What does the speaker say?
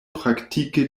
praktike